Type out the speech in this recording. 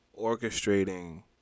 orchestrating